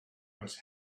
was